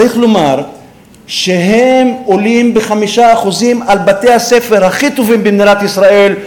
צריך לומר שהם עולים ב-5% על בתי-הספר הכי טובים במדינת ישראל,